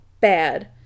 bad